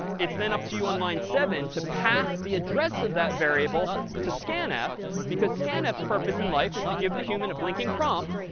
it's then up to you on line seven to pass the address of that variable to scanf because scanf's purpose in life is to give the human a blinking prompt.